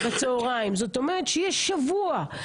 זאת אומרת יש שבוע.